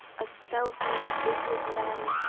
a self-made business man.